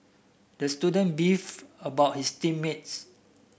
the student beefed about his team mates